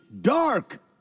dark